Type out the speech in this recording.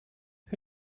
who